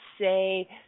say